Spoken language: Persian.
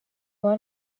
حال